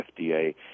FDA